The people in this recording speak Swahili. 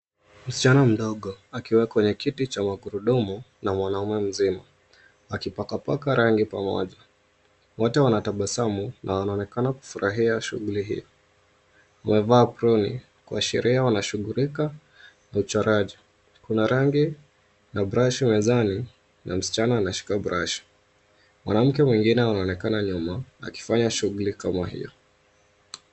Msichana mdogo akiwa kwenye kiti cha magurudumu na mwanaume mzima wakipakapaka rangi pamoja. Wote wanatabasamu na wanaonekanana kufurahia shughuli hii. Wamevaa aproni kwa sheria wanashughulika na uchoraji. Kuna rangi na burashi mezani na msichana anashika burashi. Mwanamke mwingine anaonekana akifanya shughuli kama hio.